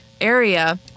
area